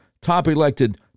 top-elected